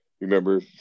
remember